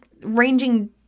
ranging